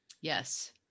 Yes